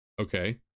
okay